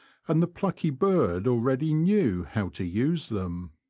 and the plucky bird already knew how to use them.